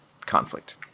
conflict